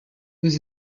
was